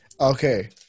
Okay